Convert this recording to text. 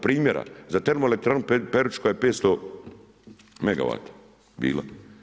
Primjera za termoelektranu Peruča je 500 megavata bila.